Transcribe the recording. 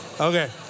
Okay